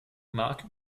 marc